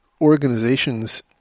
organizations